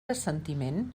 assentiment